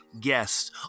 guest